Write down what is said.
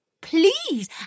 Please